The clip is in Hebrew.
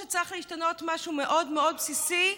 ברור שצריך להשתנות משהו מאוד מאוד בסיסי,